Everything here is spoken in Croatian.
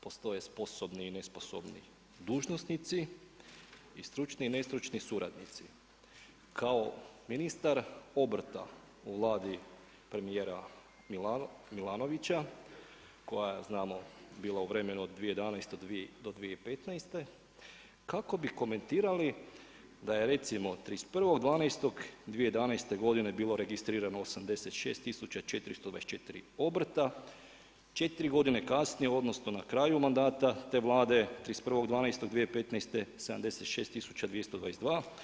Postoji sposobni i nesposobni dužnosnici i stručni i nestručni suradnici, kao ministar obrta u Vladi premjera Milanovića, koja je znamo bila u vremenu od 2011.-2015. kako bi komentirali da je recimo 31.12.2011. bilo registrirano 86424 obrta, 4 godine kasnije, odnosno, na kraju mandata te Vlade 31.12.2015. 76222.